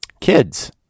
kids